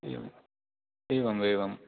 एवम् एवम् एवम्